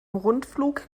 rundflug